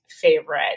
favorite